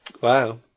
Wow